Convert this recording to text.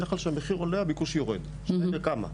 בדרך כלל כשהמחיר עולה הביקוש יורד, השאלה בכמה.